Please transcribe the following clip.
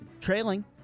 Trailing